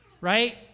Right